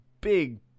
big